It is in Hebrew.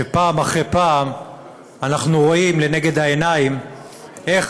שפעם אחרי פעם אנחנו רואים לנגד העיניים איך